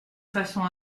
façon